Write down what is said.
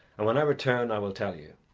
and when i return i will tell you.